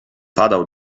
padał